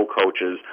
coaches